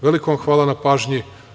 Veliko vam hvala na pažnji.